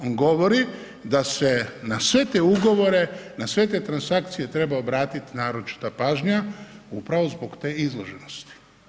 On govori da se na sve te ugovore, na sve te transakcije treba obratit naročita pažnja upravo zbog te izloženosti.